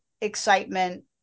excitement